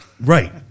Right